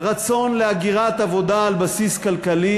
רצון להגירת עבודה על בסיס כלכלי,